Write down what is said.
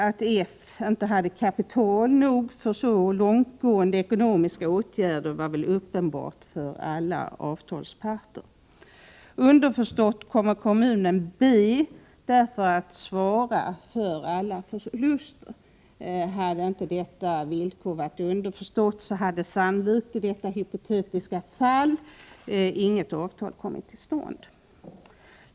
Att F inte hade kapital nog för så långtgående ekonomiska åtaganden var väl uppenbart för alla avtalsparter. Underförstått skulle kommunen därför svara för alla förluster. Hade inte detta villkor varit underförstått, hade sannolikt i detta hypotetiska fall inget avtal kommit till stånd.